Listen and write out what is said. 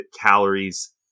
calories